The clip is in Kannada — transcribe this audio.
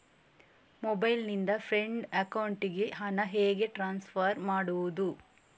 ಮೊಬೈಲ್ ನಿಂದ ಫ್ರೆಂಡ್ ಅಕೌಂಟಿಗೆ ಹಣ ಹೇಗೆ ಟ್ರಾನ್ಸ್ಫರ್ ಮಾಡುವುದು?